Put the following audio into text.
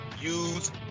use